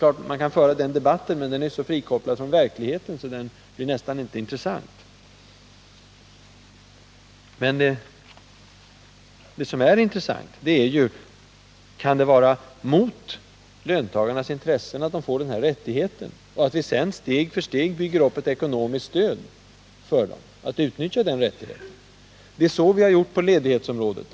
Självfallet kan man föra en sådan debatt, men den är så frikopplad från verkligheten att den nästan blir ointressant. Men det som är intressant är frågan hur det kan strida mot löntagarnas intressen att få den här rättigheten, och att vi sedan steg för steg bygger upp ett ekonomiskt stöd för dem när de utnyttjar den. Vi har ju gjort så på studieledighetsområdet.